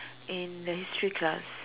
in the history class